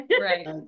right